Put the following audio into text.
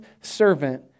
servant